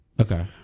Okay